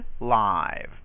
live